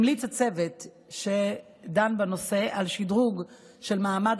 המליץ הצוות שדן בנושא על שדרוג של מעמד